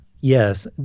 yes